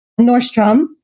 Nordstrom